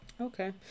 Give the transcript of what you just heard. Okay